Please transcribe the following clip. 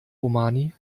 romani